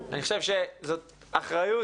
אני חושב שזאת אחריות